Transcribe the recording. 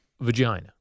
vagina